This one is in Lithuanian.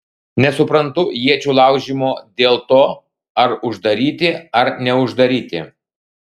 nesuprantu iečių laužymo dėl to ar uždaryti ar neuždaryti